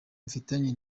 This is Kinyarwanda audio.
mfitanye